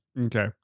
Okay